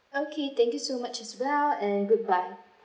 okay thank you so much as well and good bye